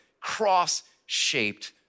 cross-shaped